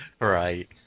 Right